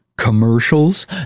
commercials